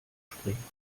springen